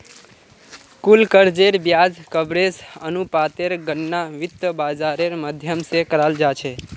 कुल कर्जेर ब्याज कवरेज अनुपातेर गणना वित्त बाजारेर माध्यम से कराल जा छे